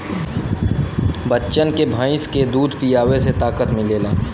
बच्चन के भैंस के दूध पीआवे से ताकत मिलेला